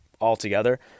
altogether